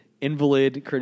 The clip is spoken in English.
invalid